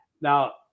Now